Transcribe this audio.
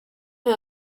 her